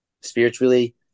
spiritually